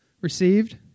Received